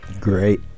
Great